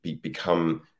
become